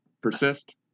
persist